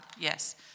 Yes